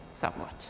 somewhat